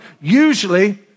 Usually